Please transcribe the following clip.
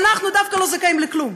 אנחנו דווקא לא זכאים לכלום?